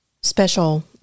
special